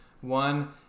One